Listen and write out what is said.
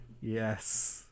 Yes